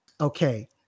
Okay